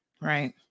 Right